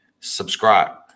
Subscribe